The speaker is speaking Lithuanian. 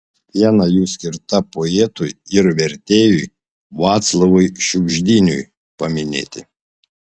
viena jų skirta poetui ir vertėjui vaclovui šiugždiniui paminėti